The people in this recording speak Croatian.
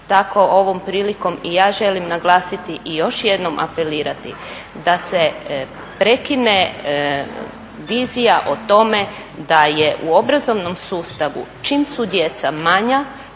Tako ovom prilikom i ja želim naglasiti i još jednom apelirati da se prekine vizija o tome da je u obrazovnom sustavu čim su djeca manja